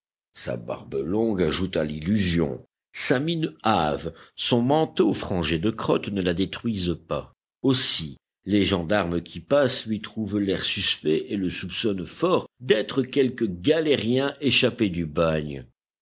sa barbe longue ajoute à l'illusion sa mine hâve son manteau frangé de crotte ne la détruisent pas aussi les gendarmes qui passent lui trouvent l'air suspect et le soupçonnent fort d'être quelque galérien échappé du bagne